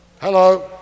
Hello